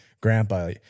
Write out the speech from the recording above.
grandpa